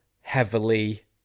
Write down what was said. heavily